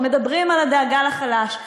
ומדברים על הדאגה לחלש,